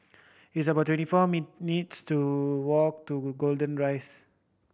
it's about twenty four walk to Golden Rise